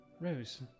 Rose